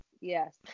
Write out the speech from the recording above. Yes